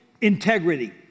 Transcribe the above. integrity